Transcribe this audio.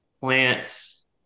plants